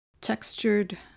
textured